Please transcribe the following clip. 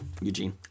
Eugene